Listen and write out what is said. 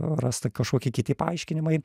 rasta kažkokie kiti paaiškinimai